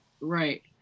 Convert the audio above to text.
right